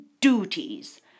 duties